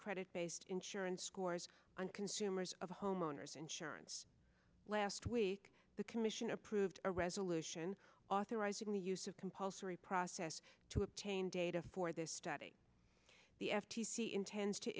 credit based insurance scores on consumers of homeowners insurance last week the commission approved a resolution authorizing the use of compulsory process to obtain data for this study the f t c intends to